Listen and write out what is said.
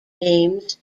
names